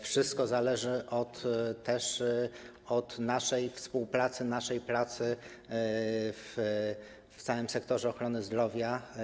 Wszystko zależy od naszej współpracy, naszej pracy w całym sektorze ochrony zdrowia.